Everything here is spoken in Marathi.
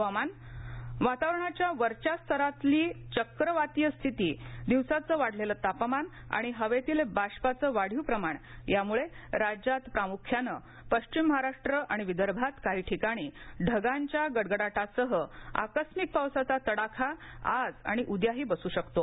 हवामान वातावरणाच्या वरच्या स्तरातली चक्रवातीय स्थिती दिवसाचं वाढलघ्वी तापमान आणि हवर्तील बाष्पाचं वाढीव प्रमाण यामुळ रोज्यात प्रामुख्यानं पश्चिम महाराष्ट्र आणि विदर्भात काही ठिकाणी ढगांच्या गडगडाटासह आकस्मिक पावसाचा तडाखा आज आणि उद्याही बसू शकतो